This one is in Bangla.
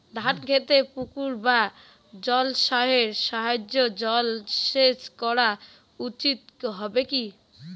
ধান খেতে পুকুর বা জলাশয়ের সাহায্যে জলসেচ করা উচিৎ হবে কি?